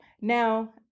Now